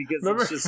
remember